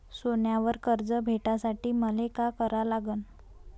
सोन्यावर कर्ज भेटासाठी मले का करा लागन?